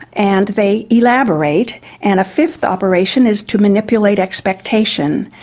and they elaborate, and a fifth operation is to manipulate expectation.